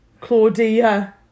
Claudia